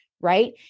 Right